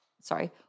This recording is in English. sorry